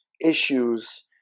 issues